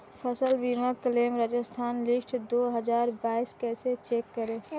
फसल बीमा claim Rajasthan list दो हज़ार बाईस कैसे चेक करें?